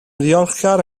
ddiolchgar